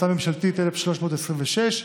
מ/1326,